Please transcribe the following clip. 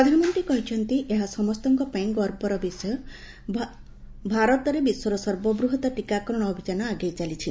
ପ୍ରଧାନମନ୍ତୀ କହିଛନ୍ତି ଏହା ସମସ୍ତଙ୍କ ପାଇଁ ଗର୍ବର ବିଷୟ ଯେ ଭାରତରେ ବିଶ୍ୱର ସର୍ବବୃହତ୍ ଟିକାକରଣ ଅଭିଯାନ ଆଗେଇ ଚାଲିଛି